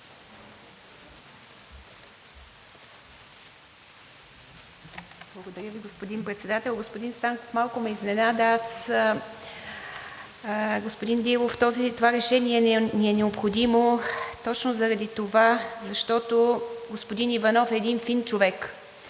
Благодаря Ви, господин Председател. Господин Станков малко ме изненада. Господин Дилов, това решение ни е необходимо точно заради това, защото господин Иванов е един фин човек